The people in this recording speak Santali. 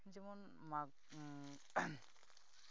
ᱡᱮᱢᱚᱱ ᱢᱟᱜᱽ